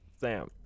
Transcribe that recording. Sam